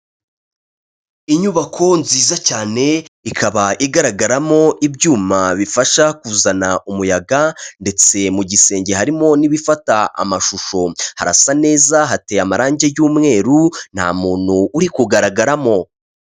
Inyubako nziza cyane, ikaba igaragaramo ibyuma bifasha kuzana umuyaga ndetse mu gisenge harimo n'ibifata amashusho. Harasa neza hateye amarangi y'umweru, nta muntu uri kugaragaramo.